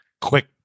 quick